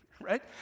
right